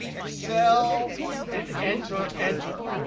excel and enter, enter.